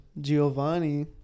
Giovanni